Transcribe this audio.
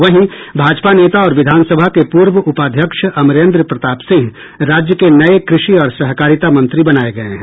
वहीं भाजपा नेता और विधानसभा के पूर्व उपाध्यक्ष अमरेन्द्र प्रताप सिंह राज्य के नये कृषि और सहकारिता मंत्री बनाये गये हैं